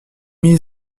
mille